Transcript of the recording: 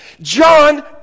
john